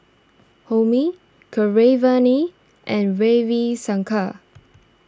Homi Keeravani and Ravi Shankar